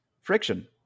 friction